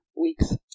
weeks